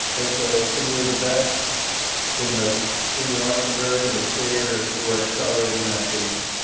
and so can you invest in the in the entrepreneurs and the creators who are accelerating that change?